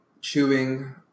chewing